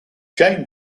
jane